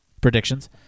predictions